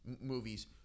movies